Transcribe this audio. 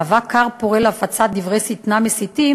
מהווה כר פורה להפצת דברי שטנה מסיתים,